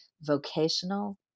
vocational